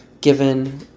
given